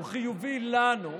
הוא חיובי לנו,